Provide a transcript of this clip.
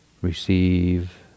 receive